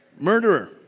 murderer